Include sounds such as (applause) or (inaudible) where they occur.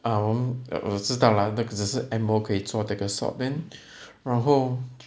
ah 我们我知道 lah 那个只是 M_O 可以做那个 swab then (breath) 然后